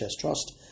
Trust